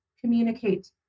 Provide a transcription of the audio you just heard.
communicate